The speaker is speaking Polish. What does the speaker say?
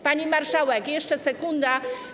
Pani marszałek, jeszcze sekunda.